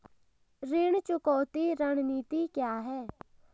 ऋण चुकौती रणनीति क्या है?